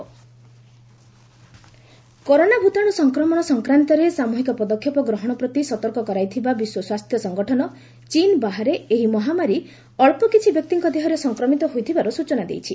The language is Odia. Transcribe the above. ଡବ୍ୟୁଏଚ୍ଓ କରୋନା ଭାଇରସ କରୋନା ଭୂତାଣୁ ସଂକ୍ରମଣ ସଂକ୍ରାନ୍ତରେ ସାମୁହିକ ପଦକ୍ଷେପ ଗ୍ରହଣ ପ୍ରତି ସତର୍କ କରାଇଥିବା ବିଶ୍ୱସ୍ୱାସ୍ଥ୍ୟ ସଂଗଠନ ଚୀନ୍ ବାହାରେ ଏହି ମହାମାରୀ ଅଳ୍ପକିଛି ବ୍ୟକ୍ତିଙ୍କ ଦେହରେ ସଂକ୍ରମିତ ହୋଇଥିବାର ସୂଚନା ଦେଇଛି